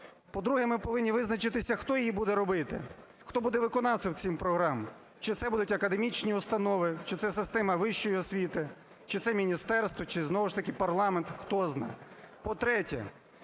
По-друге, ми повинні визначитися, хто її буде робити, хто буде виконавцем цих програм. Чи це будуть академічні установи, чи це система вищої освіти, чи це міністерство, чи знову-таки парламент, хтозна.